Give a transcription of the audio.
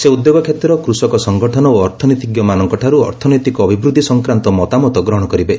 ସେ ଉଦ୍ୟୋଗ କ୍ଷେତ୍ର କୃଷକ ସଂଗଠନ ଓ ଅର୍ଥନୀତିଜ୍ଞମାନଙ୍କଠାରୁ ଅର୍ଥନୈତିକ ଅଭିବୃଦ୍ଧି ସଂକ୍ରାନ୍ତ ମତାମତ ଗ୍ରହଣ କରିବେ